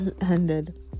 ended